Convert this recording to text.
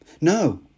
No